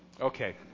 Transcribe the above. Okay